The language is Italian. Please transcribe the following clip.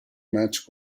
match